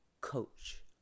coach